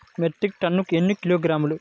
Metric టన్నుకు ఎన్ని కిలోగ్రాములు?